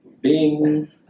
bing